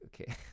okay